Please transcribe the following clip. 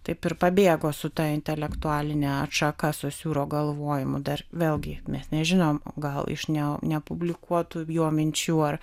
taip ir pabėgo su ta intelektualine atšaka sosiūro galvojimu dar vėlgi mes nežinom gal iš ne nepublikuotų jo minčių ar